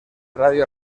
radio